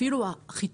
אפילו את החיתולים,